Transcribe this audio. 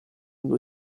due